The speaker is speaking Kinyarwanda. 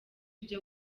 byo